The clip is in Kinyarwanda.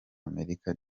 amerika